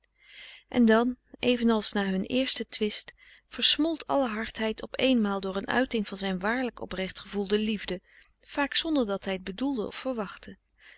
en dan evenals na hun eersten twist versmolt alle hardheid op eenmaal door een uiting van zijn waarlijk oprecht gevoelde liefde vaak zonder dat hij t bedoelde of verwachtte